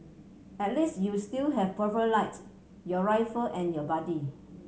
at least you still have Purple Light your rifle and your buddy